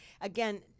again